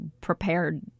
prepared